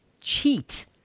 cheat